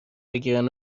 بگیرن